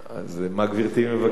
מה גברתי מבקשת?